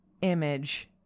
image